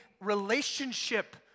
relationship